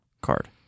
card